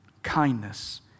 kindness